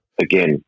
again